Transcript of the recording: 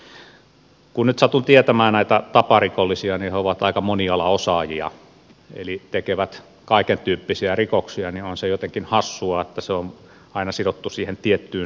kun nyt satun tietämään näitä taparikollisia niin he ovat aika monialaosaajia eli tekevät kaikentyyppisiä rikoksia niin onhan se jotenkin hassua että muunto on aina sidottu siihen tiettyyn rikostyyppiin